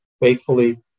faithfully